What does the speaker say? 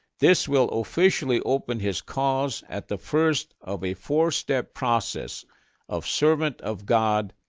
this will officially open his cause at the first of a four-step process of servant of god,